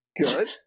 Good